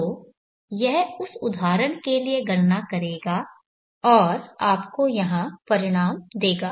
तो यह उस उदाहरण के लिए गणना करेगा और आपको यहां परिणाम देगा